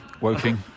Woking